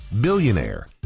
billionaire